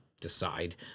decide